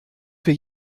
für